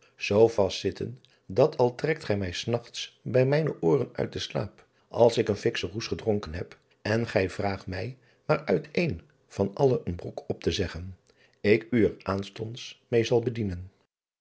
zoo vast zitten dat al trekt gij mij s nachts bij mijne ooren uit den slaap als ik een fikschen roes gedronken heb en gij vraagt mij maar uit een van allen een brok op te zeggen ik u er aanstonds meê zal bedienen